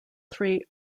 three